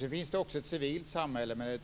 Det finns också ett civilt samhälle, men